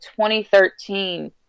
2013